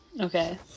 Okay